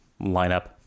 lineup